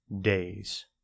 days